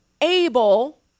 able